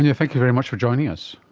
yeah thank you very much for joining us.